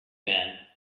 men